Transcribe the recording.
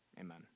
amen